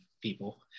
people